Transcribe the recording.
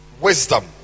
wisdom